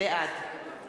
בעד